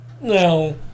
Now